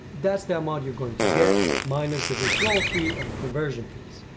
that's the amount you're going to get minus the withdrawal fee and conversion fees.